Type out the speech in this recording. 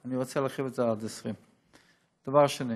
ואני רוצה להרחיב את זה עד 20. דבר שני,